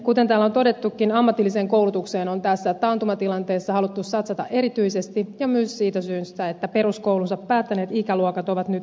kuten täällä on todettukin ammatilliseen koulutukseen on tässä taantumatilanteessa haluttu satsata erityisesti ja myös siitä syystä että peruskoulunsa päättäneet ikäluokat ovat nyt suurimmillaan